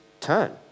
turn